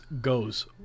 goes